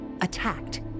attacked